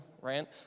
rant